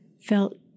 felt